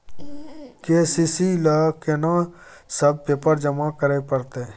KCC ल केना सब पेपर जमा करै परतै?